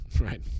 right